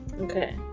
Okay